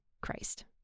Christ